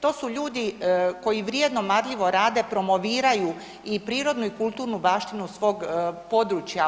To su ljudi koji vrijedno, marljivo rade, promoviraju i prirodnu i kulturnu baštinu svog područja.